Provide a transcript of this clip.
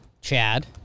Chad